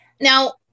now